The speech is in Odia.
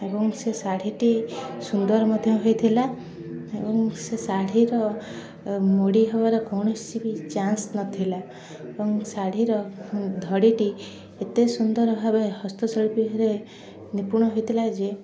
ଏବଂ ସେ ଶାଢ଼ୀଟି ସୁନ୍ଦର ମଧ୍ୟ ହୋଇଥିଲା ଏବଂ ସେ ଶାଢ଼ୀର ମୋଡ଼ି ହେବାର କୌଣସି ବି ଚାନ୍ସ୍ ନଥିଲା ଏବଂ ଶାଢ଼ୀର ଧଡ଼ିଟି ଏତେ ସୁନ୍ଦର ଭାବେ ହସ୍ତଶିଳ୍ପୀରେ ନିପୁଣ ହୋଇଥିଲା ଯେ